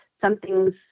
something's